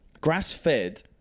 grass-fed